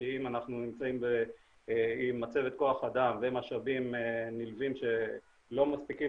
כי אם אנחנו נמצאים עם מצבת כוח אדם ומשאבים נלווים שלא מספיקים